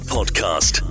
Podcast